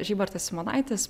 žybartas simonaitis